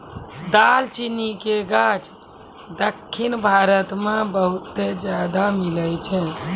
दालचीनी के गाछ दक्खिन भारत मे बहुते ज्यादा मिलै छै